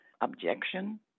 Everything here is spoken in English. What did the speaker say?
objection